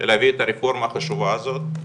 להביא את הרפורמה החשובה הזאת,